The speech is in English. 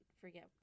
forget